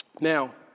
Now